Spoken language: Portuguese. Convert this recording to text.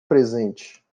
presente